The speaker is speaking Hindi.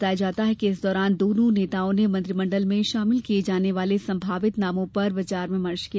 बताया जाता है कि इस दौरान दोनों नेताओं ने मंत्रिमंडल में शामिल किये जाने वाले संभावित नामों पर विचार विमर्श किया